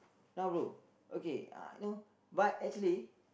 now bro okay uh know but actually